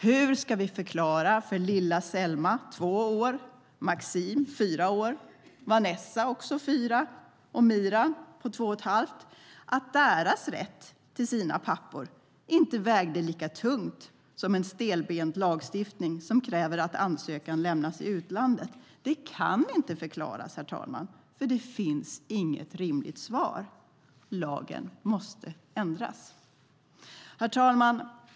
Hur ska vi förklara för lilla Selma, två år, Maxim, fyra år, Vanessa, också fyra år eller Miran på två och ett halvt år att deras rätt till sina pappor inte vägde lika tungt som en stelbent lagstiftning som kräver att ansökan lämnas in i utlandet? Det kan inte förklaras, för det finns inget rimligt svar. Lagen måste ändras. Herr talman!